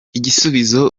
igisubizo